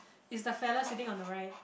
is the fellow sitting on the right